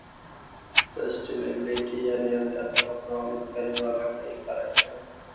sustainability या निरंतरता को प्रभावित करे वाला कई कारक हई